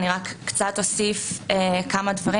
אני רק קצת אוסיף כמה דברים.